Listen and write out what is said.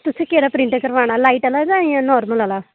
तुसें केह्ड़ा प्रिंट कराना लाईट आह्ला जां इंया नॉर्मल आह्ला